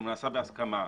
נעשה בהסכמה.